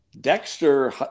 Dexter